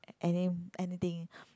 any anything